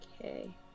Okay